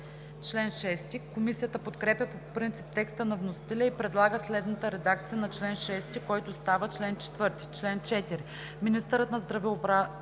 Комисията подкрепя по принцип текста на вносителя и предлага следната редакция на чл. 6, който става чл. 4: „Чл. 4.